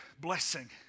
blessing